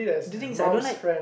the thing is I don't like